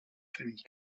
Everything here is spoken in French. famille